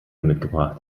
mitgebracht